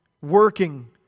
working